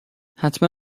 حتما